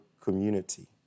community